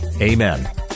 Amen